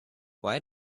why